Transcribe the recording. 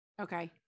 Okay